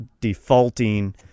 defaulting